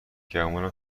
گمونم